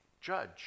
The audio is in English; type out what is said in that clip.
judge